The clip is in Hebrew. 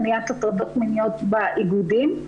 מניעת הטרדות מיניות באיגודים.